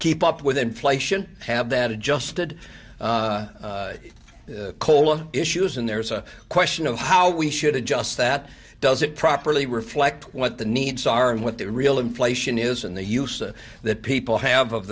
keep up with inflation have that adjusted cola issues and there's a question of how we should adjust that does it properly reflect what the needs are and what the real inflation is in the use that people have of